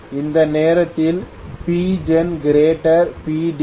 அந்த நேரத்தில் PgenPdemand